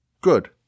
good